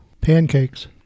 pancakes